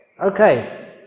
Okay